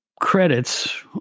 Credits